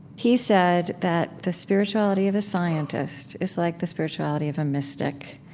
he said that the spirituality of a scientist is like the spirituality of a mystic,